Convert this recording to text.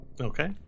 Okay